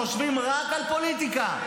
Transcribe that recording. חושבים רק על פוליטיקה,